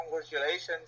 congratulations